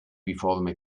riforme